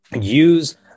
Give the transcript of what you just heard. use